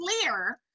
clear